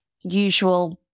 usual